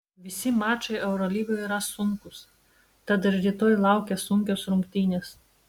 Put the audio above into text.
visi mačai eurolygoje yra sunkūs tad ir rytoj laukia sunkios rungtynės